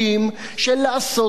של לעשות משהו.